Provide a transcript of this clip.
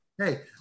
Hey